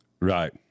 Right